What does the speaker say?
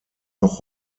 noch